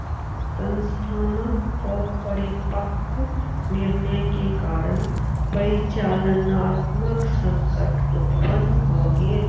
संस्थानक अपरिपक्व निर्णय के कारण परिचालनात्मक संकट उत्पन्न भ गेल